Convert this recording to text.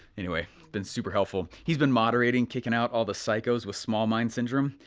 anyway, been super helpful he's been moderating, kicking out all the psychos with small mind syndrome,